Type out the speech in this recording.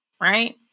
right